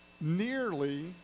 nearly